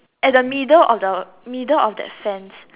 at the middle of the middle of that sands